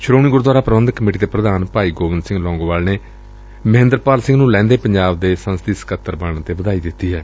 Shiromani Gurdwara Prabandhak committee ਦੇ ਪ੍ਰਧਾਨ ਭਾਈ ਗੋਬਿੰਦ ਸਿੰਘ ਲੌਗੋਵਾਲ ਨੇ ਮਹਿੰਦਰਪਾਲ ਸਿੰਘ ਨੁੰ ਲਹਿੰਦੇ ਪੰਜਾਬ ਦੇ ਸੰਸਦੀ ਸਕੱਤਰ ਬਣਨ ਤੇ ਵਧਾਈ ਦਿੱਤੀ ਏ